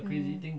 mm